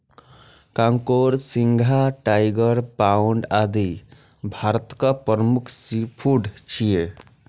कांकोर, झींगा, tiger prawn, आदि भारतक प्रमुख सीफूड छियै